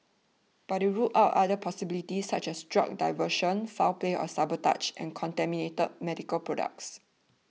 but it ruled out other possibilities such as drug diversion foul play or sabotage and contaminated medical products